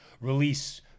release